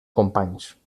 companys